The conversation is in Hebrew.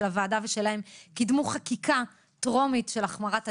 הוועדה ושלהם קידמו חקיקה טרומית של החמרת ענישה.